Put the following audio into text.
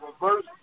reverse